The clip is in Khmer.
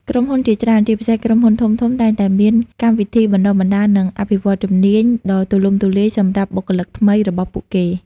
ក្រុមហ៊ុនជាច្រើន ជាពិសេស ក្រុមហ៊ុនធំៗ តែងតែមាន កម្មវិធីបណ្ដុះបណ្ដាល និងអភិវឌ្ឍន៍ជំនាញ ដ៏ទូលំទូលាយសម្រាប់បុគ្គលិកថ្មីរបស់ពួកគេ។